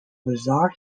bizarre